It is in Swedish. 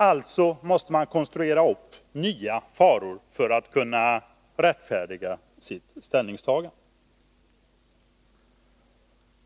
Alltså måste man konstruera upp nya faror för att kunna rättfärdiga sitt ställningstagande.